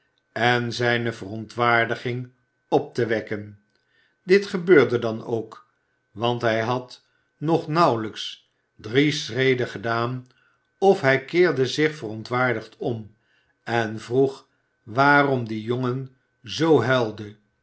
en zijne verontwaardiging op te wekken dit gebeurde dan ook want hij had nog nauwelijks drie schreden gedaan of hij keerde zich verontwaardigd om en vroeg waarom die jongen zoo huilde